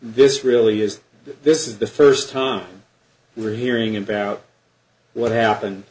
this really is this is the st time we're hearing about what happened